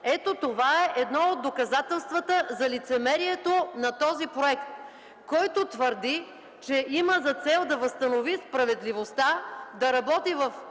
Ето, това е едно от доказателствата за лицемерието на този проект, който твърди, че има за цел да възстанови справедливостта, да работи в